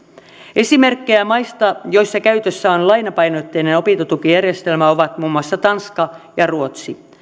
esimerkkejä maista joissa käytössä on lainapainotteinen opintotukijärjestelmä ovat muun muassa tanska ja ruotsi